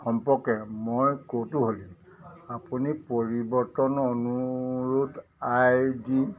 সম্পৰ্কে মই কৌতূহলী আপুনি পৰিৱৰ্তন অনুৰোধ আই ডি